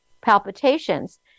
palpitations